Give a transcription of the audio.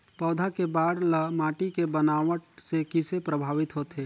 पौधा के बाढ़ ल माटी के बनावट से किसे प्रभावित होथे?